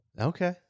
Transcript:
Okay